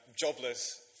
jobless